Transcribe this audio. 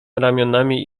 ramionami